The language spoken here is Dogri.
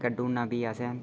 कड्डी ओड़ना फ्ही असें